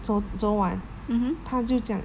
昨昨晚她就讲